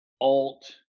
alt